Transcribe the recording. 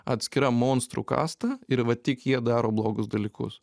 atskira monstrų kasta ir va tik jie daro blogus dalykus